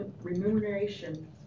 remuneration